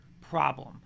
problem